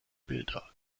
bilder